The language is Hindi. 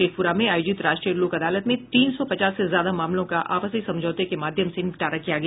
शेखपुरा में आयोजित राष्ट्रीय लोक अदालत में तीन सौ पचास से ज्यादा मामलों का आपसी समझौते के माध्यम से निपटारा किया गया